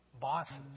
bosses